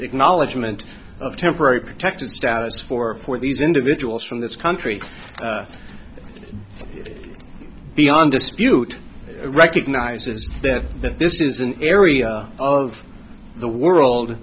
acknowledgement of temporary protected status for for these individuals from this country beyond dispute recognizes that this is an area of the world